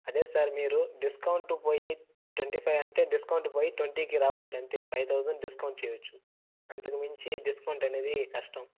అదే సార్ మీరు డిస్కౌంట్ పోయి ట్వంటీ ఫైవ్ అంటే డిస్కౌంట్ పోయి ట్వంటీకి రావచ్చు అంతే ఫైవ్ థౌసండ్ డిస్కౌంట్ చేయవచ్చు అంతకుమించి డిస్కౌంట్ అనేది కష్టం